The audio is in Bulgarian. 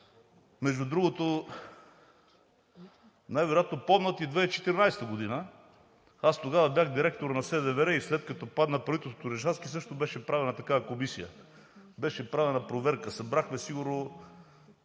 отляво най-вероятно помнят и 2014 г. Аз тогава бях директор на СДВР и след като падна правителството на Орешарски, също беше правена такава комисия. Беше правена проверка. Събрахме сигурно